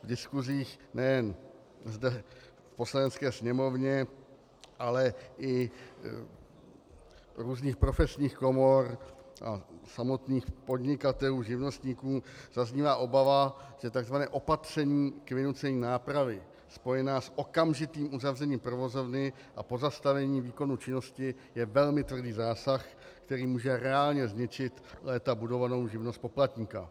V diskusích nejen zde v Poslanecké sněmovně, ale i různých profesních komor a samotných podnikatelů, živnostníků zaznívá obava, že tzv. opatření k vynucení nápravy spojené s okamžitým uzavřením provozovny a pozastavením výkonu činnosti je velmi tvrdý zásah, který může reálně zničit léta budovanou živnost poplatníka.